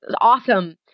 awesome